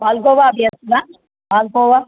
पाल्कोवा अपि अस्ति वा पाल्कोवा